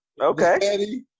Okay